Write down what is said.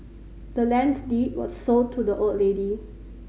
the land's deed was sold to the old lady